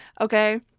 okay